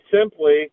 simply